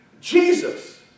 Jesus